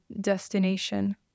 destination